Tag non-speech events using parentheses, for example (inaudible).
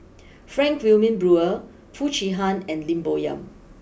(noise) Frank Wilmin Brewer Foo Chee Han and Lim Bo Yam